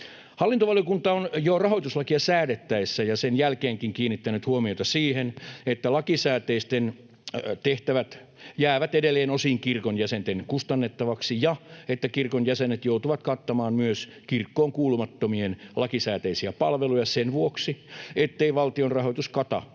Hallintovaliokunta on jo rahoituslakia säädettäessä ja sen jälkeenkin kiinnittänyt huomiota siihen, että lakisääteiset tehtävät jäävät edelleen osin kirkon jäsenten kustannettaviksi ja että kirkon jäsenet joutuvat kattamaan myös kirkkoon kuulumattomien lakisääteisiä palveluja sen vuoksi, ettei valtionrahoitus kata noin